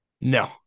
No